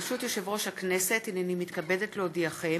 ברשות יושב-ראש הכנסת, הינני מתכבדת להודיעכם,